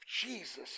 Jesus